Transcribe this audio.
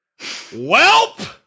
Welp